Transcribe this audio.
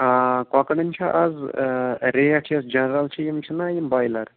آ کۄکرن چھِ اَز ریٹ جنرل چھِ یِم چھِناہ یم بایلَر